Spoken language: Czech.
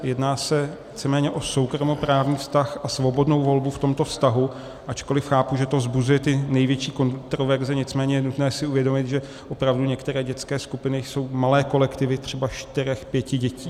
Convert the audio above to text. Jedná se víceméně o soukromoprávní vztah a svobodnou volbu v tomto vztahu, ačkoliv chápu, že to vzbuzuje ty největší kontroverze, nicméně je nutné si uvědomit, že opravdu některé dětské skupiny jsou malé kolektivy třeba čtyř pěti dětí.